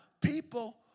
people